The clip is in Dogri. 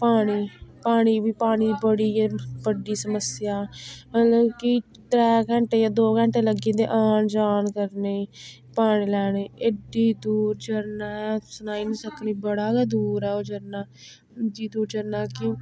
पानी पानी बी पानी दी बड़ी गै बड्डी समस्या ऐ मतलब कि त्रै घैंटे जां दो घैंटे लग्गी जंदे आन जान करने गी पानी लैने एड्डी दूर झरना ऐ सनाई नी सकनी बड़ा गै दूर ऐ ओह् झरना एड्डी दूर झरना कि